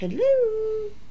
Hello